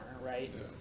right